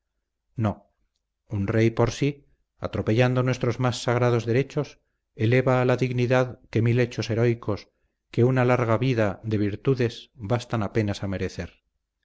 no un rey por sí atropellando nuestros más sagrados derechos eleva a la dignidad que mil hechos heroicos que una larga vida de virtudes bastan apenas a merecer